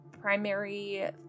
primary